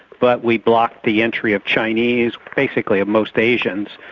but we blocked the entry of chinese, basically of most asians,